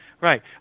right